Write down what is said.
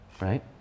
Right